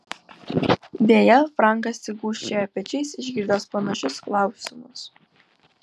deja frankas tik gūžčioja pečiais išgirdęs panašius klausimus